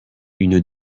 une